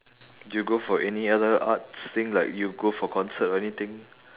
do you go for any other arts thing like you go for concert or anything